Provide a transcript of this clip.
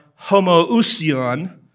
homoousion